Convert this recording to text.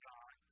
God